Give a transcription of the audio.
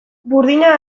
burdina